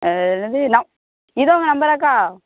அது என்னது நம் இதுவும் உங்கள் நம்பராக்கா